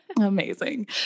Amazing